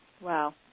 Wow